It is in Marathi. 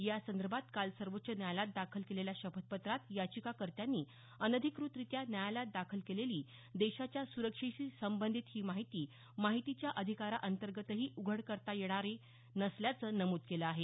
या संदर्भात काल सर्वोच्च न्यायालयात दाखल केलेल्या शपथ पत्रात याचिकाकर्त्यांनी अनधिकृतरित्या न्यायालयात दाखल केलेली देशाच्या सुरक्षेशी संबंधित ही माहिती माहितीच्या अधिकारांतर्गतही उघड करता येण्यारी नसल्याचं नमूद केलं आहे